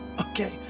Okay